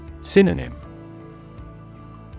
Synonym